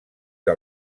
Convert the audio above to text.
que